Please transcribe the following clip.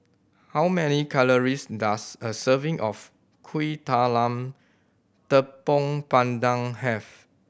how many calories does a serving of Kuih Talam Tepong Pandan have